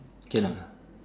cannot ah